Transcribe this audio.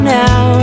now